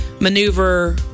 maneuver